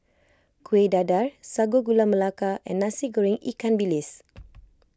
Kueh Dadar Sago Gula Melaka and Nasi Goreng Ikan Bilis